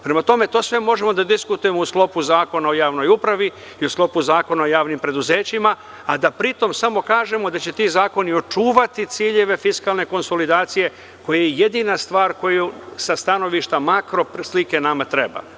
Prema tome, to sve možemo da diskutujemo u sklopu Zakona o javnoj upravi i u sklopu Zakona o javnim preduzećima, a da pri tome samo kažemo da će ti zakoni očuvati ciljeve fiskalne konsolidacije koja je jedina stvar koja sa stanovišta makro slike nama treba.